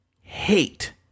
hate